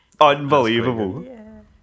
Unbelievable